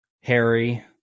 Harry